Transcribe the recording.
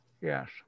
Yes